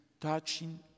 touching